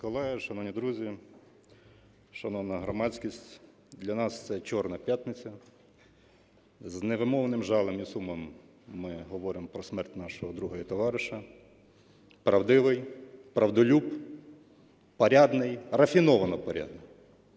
колеги, шановні друзі, шановна громадськість! Для нас це чорна п'ятниця. З невимовним жалем і сумом ми говоримо про смерть нашого друга і товариша. Правдивий, правдолюб, порядний, рафіновано порядний,